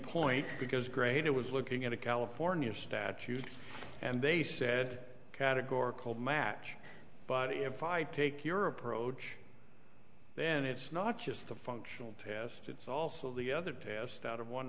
point because great it was looking at a california statute and they said categorical match but if i take your approach then it's not just the functional test it's also the other test out of one